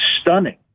stunning